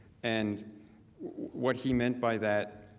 and what he meant by that,